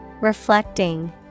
Reflecting